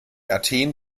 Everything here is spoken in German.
athen